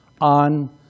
on